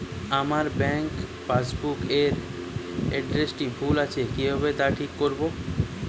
আমার bank passbook এর এড্রেসটি ভুল আছে কিভাবে তা ঠিক করবো?